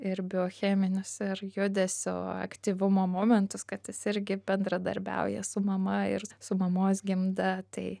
ir biocheminius ir judesio aktyvumo momentus kad tas irgi bendradarbiauja su mama ir su mamos gimda tai